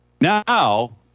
Now